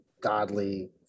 godly